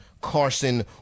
Carson